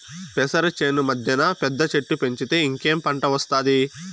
పెసర చేను మద్దెన పెద్ద చెట్టు పెంచితే ఇంకేం పంట ఒస్తాది